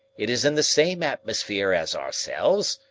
it is in the same atmosphere as ourselves,